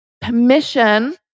permission